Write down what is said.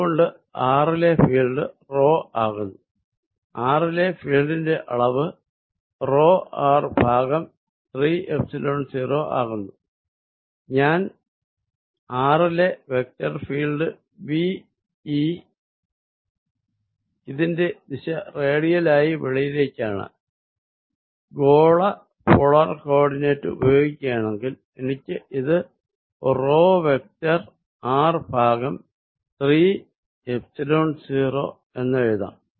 അത് കൊണ്ട് r ലെ ഫീൽഡ് റോ ആകുന്നു r ലെ ഫീൽഡിന്റെ അളവ് റോ r ഭാഗം 3 എപ്സിലോൺ 0 ആകുന്നു ഞാൻ r ലെ വെക്ടർ ഫീൽഡ് vE ഇതിന്റെ ദിശ റേഡിയല്ലായി വെളിയിലേക്കാണ് ഗോള പോളാർ കോ ഓർഡിനേറ്റ് ഉപയോഗിക്കുകയാണെങ്കിൽ എനിക്കിത് റോ വെക്ടർ r ഭാഗം 3 എപ്സിലോൺ 0 എഴുതാം